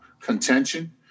contention